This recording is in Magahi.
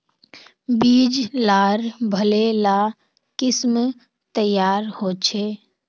बीज लार भले ला किसम तैयार होछे